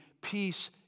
peace